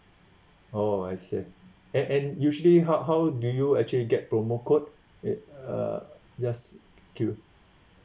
oh I see and and usually how how do you actually get promo code it uh just cu~